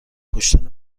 کشتن